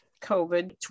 COVID